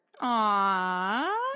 Aw